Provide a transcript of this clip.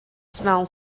smell